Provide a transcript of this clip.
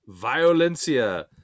violencia